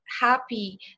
happy